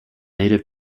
native